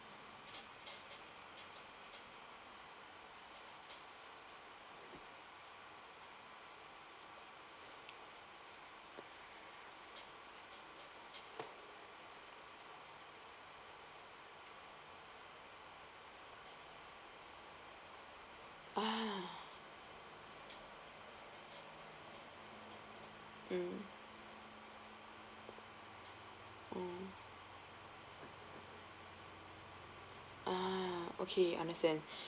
ah mm oh ah okay understand